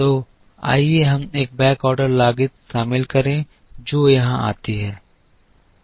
तो आइए हम एक बैकऑर्डर लागत शामिल करें जो यहां आती है